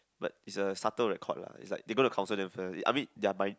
but it's a starter of record